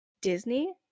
Disney